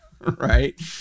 right